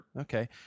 Okay